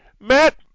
Matt